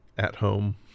at-home